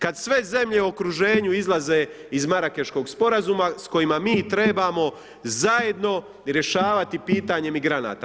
Kada sve zemlje u okruženju izlaze iz Marakeškog Sporazuma s kojima mi trebamo zajedno rješavati pitanje migranata.